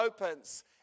opens